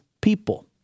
people